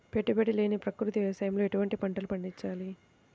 పెట్టుబడి లేని ప్రకృతి వ్యవసాయంలో ఎటువంటి పంటలు పండించాలి?